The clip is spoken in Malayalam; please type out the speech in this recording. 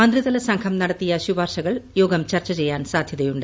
മന്ത്രിതല സംഘം നടത്തിയ ശുപാർശകൾ യോഗം ചർച്ച ചെയ്യാൻ സാധ്യതയുണ്ട്